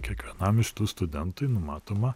kiekvienam iš tų studentui numatoma